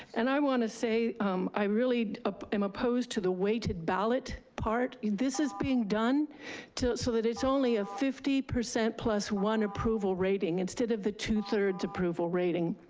and i want to say i really ah am opposed to the weighted ballot part. this is being done so that it's only a fifty percent plus one approval rating instead of the two thirds approval rating.